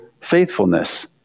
faithfulness